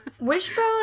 Wishbone